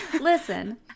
listen